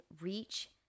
reach